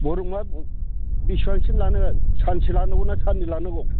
बरिया बेसेबांसो लानांगो सानसे लानांगौ ना साननै लानांगौ